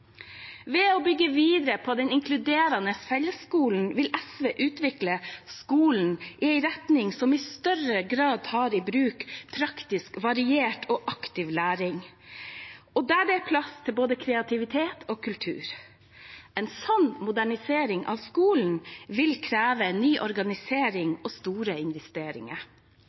Ved å bygge videre på den inkluderende fellesskolen vil SV utvikle skolen i en retning som i større grad tar i bruk praktisk, variert og aktiv læring, og der det er plass til både kreativitet og kultur. En sånn modernisering av skolen vil kreve ny organisering og store investeringer,